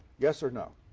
yes or no?